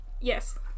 Yes